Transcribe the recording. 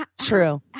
true